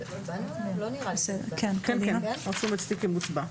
סעיף (ו)